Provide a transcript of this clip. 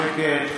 שקט.